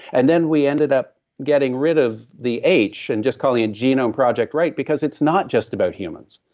and then we ended up getting rid of the h and just calling it genome project write because it's not just about humans.